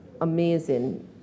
amazing